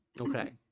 Okay